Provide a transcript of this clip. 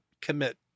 commit